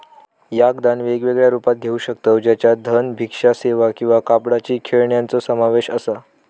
याक दान वेगवेगळ्या रुपात घेऊ शकतव ज्याच्यात धन, भिक्षा सेवा किंवा कापडाची खेळण्यांचो समावेश असा